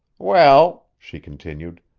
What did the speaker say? well, she continued,